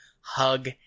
hug